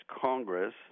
Congress